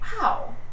wow